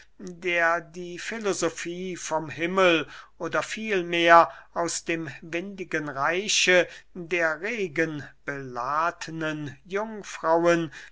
der die filosofie vom himmel oder vielmehr aus dem windigen reiche der regenbeladenen jungfrauen